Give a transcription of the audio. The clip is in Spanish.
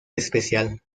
especial